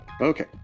Okay